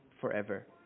forever